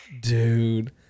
Dude